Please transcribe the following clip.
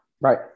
Right